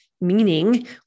Meaning